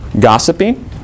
gossiping